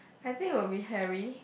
I think it'll be Harry